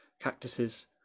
cactuses